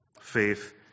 Faith